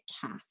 cast